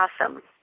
Awesome